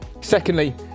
Secondly